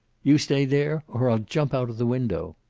you stay there, or i'll jump out of the window.